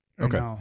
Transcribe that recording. Okay